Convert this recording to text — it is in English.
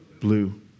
Blue